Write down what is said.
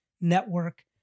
network